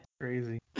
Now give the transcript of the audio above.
Crazy